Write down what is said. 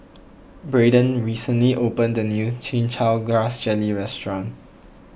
Braden recently opened a new Chin Chow Grass Jelly restaurant